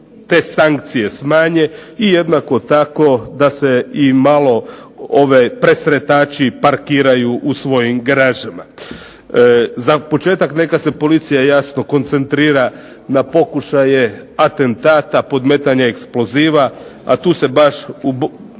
te sankcije smanje i jednako tako da se i malo presretači parkiraju u svojim garažama. Za početak neka se policija koncentrira na pokušaje atentata, podmetanja eksploziva a tu se baš